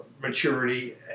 maturity